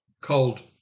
cold